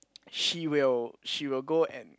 she will she will go and